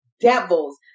devils